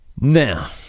Now